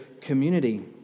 community